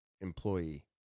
employee